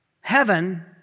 heaven